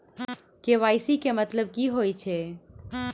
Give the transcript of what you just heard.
KYC केँ मतलब की होइ छै?